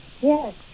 Yes